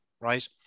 right